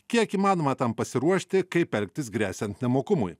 kiek įmanoma tam pasiruošti kaip elgtis gresiant nemokumui